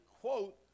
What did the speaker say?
quote